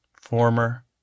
former